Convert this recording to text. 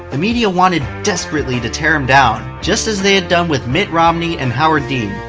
the media wanted desperately to tear him down, just as they had done with mitt romney and howard dean.